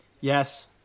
Yes